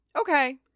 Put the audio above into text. Okay